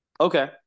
Okay